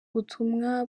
butumwa